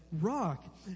Rock